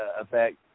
effect